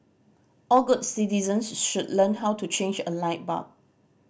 all good citizens should learn how to change a light bulb